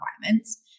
requirements